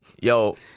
Yo